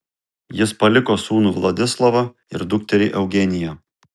jis paliko sūnų vladislovą ir dukterį eugeniją